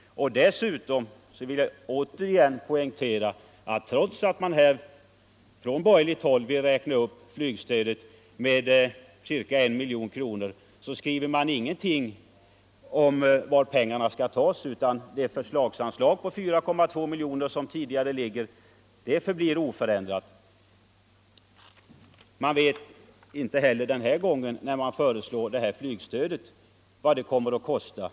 Dessutom vill jag återigen poängtera att trots att man från borgerligt håll önskar räkna upp flygstödet med cirka I miljon kronor, så skriver man ingenting om var pengarna skall tas. Det förslagsanslag på 4,2 miljoner kronor som tidigare anvisats förblir oförändrat. Tydligen vet man inte heller den här gången vad de åtgärder man föreslår kommer att föra med sig i fråga om kostnader.